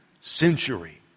century